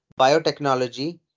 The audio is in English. biotechnology